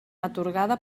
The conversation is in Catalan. atorgada